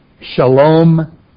Shalom